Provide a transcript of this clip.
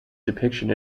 depiction